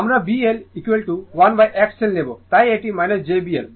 আমরা B L1XL নেব তাই এটি j B L